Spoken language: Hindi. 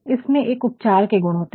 इसमें एक उपचार के गुण होते है